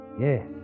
Yes